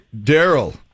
Daryl